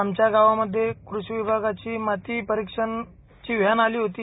आमच्या गावांमध्ये कृषी विभागाची माती परीक्षणची व्हॅन आली होती